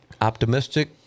optimistic